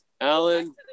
Alan